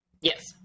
Yes